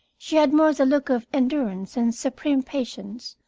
she had more the look of endurance and supreme patience.